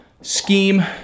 scheme